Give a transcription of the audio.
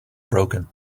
broken